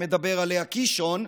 שמדבר עליה קישון,